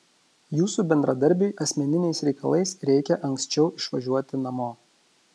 jūsų bendradarbiui asmeniniais reikalais reikia anksčiau išvažiuoti namo